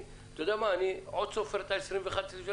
ועדיין סופר 21 וכו',